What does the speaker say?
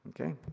okay